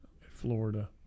Florida